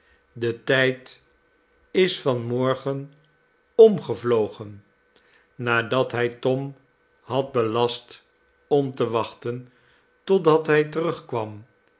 de tijd is van morgen omgevlogen nadat hij tom had belast om te wachten totdat hij terugkwam